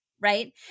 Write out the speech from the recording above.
right